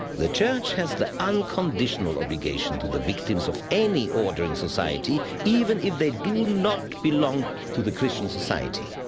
the church has the unconditional obligation to the victims of any order in society even if they do not belong to the christian society.